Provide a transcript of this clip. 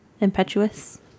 impetuous